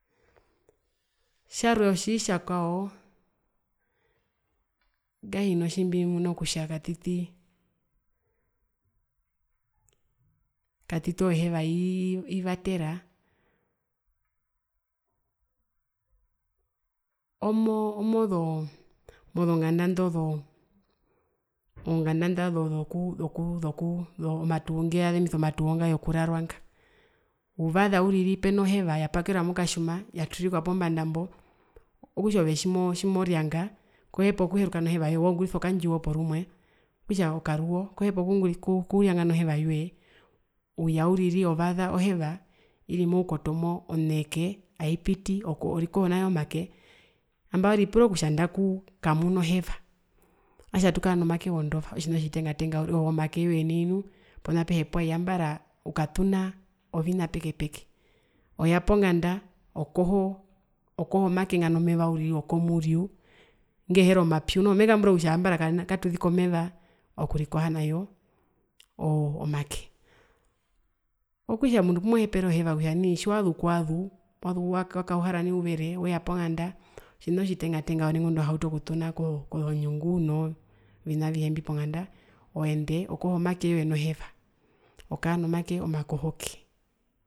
Tjarwe otjitjakwao ngahino pumbimuna kutja katititi oheva ivatera iii ivatera omoo omomozonganda ndozoo zoo zonganda zokuu zokuu ndeyazemisa omatuwo ngeyazemisa omatuwo nga yokurarwanga uvasapo uriri ohev yapakerwa mokatjuma yatwirikwa pombanda mbo, okutja ove tjimo tjimo tjimoryanga kohepa kuheruka noheva yoye waungurisa okandjiwo porumwe, okutja okaruuo kohepa okuryanga noheva yoye uya uriri ovaza oheva iri moukotomo, oneeke aipiti orikoho nayo make, nambano ripura kutja nandaku kamuna oheva atja tukara nomake wondova omakewe nai nu apehe puwai ambara ukatuna ovina peke peke, oya ponganda okoho make nga nomeva wokomuryuu uriri ngeheri omapyu noho mekambura kutja katuziki omeva okurikoh nawo make, okutja omundu opumohepere oheva kutja tjiwazu kwazu weya ponganda otjina otjitenga tenga uriri ngunda auhiyauta okutuna kozonyunguu noovina avihe mbi ponganda oende okohomake woye nohevaokara nomake omakohoke.